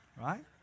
Right